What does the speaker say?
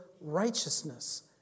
righteousness